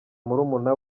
murumuna